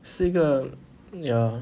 是一个 ya